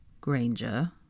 Granger